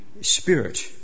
Spirit